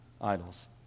idols